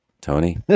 Tony